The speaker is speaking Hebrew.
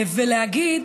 ולהגיד